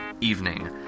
evening